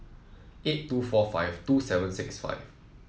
eight two four five two seven six five